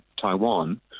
Taiwan